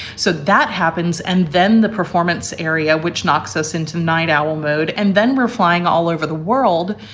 so that happens. and then the performance area, which knocks us into night owl mode, and then we're flying all over the world,